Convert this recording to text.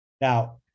Now